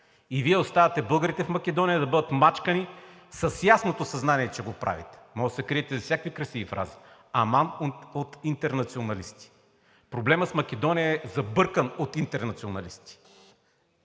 И Вие оставяте българите в Македония да бъдат мачкани с ясното съзнание, че го правите. Можете да се криете зад всякакви красиви фрази. Аман от интернационалисти. Проблемът с Македония е забъркан от интернационалисти.